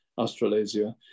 Australasia